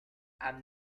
i’m